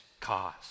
cause